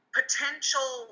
potential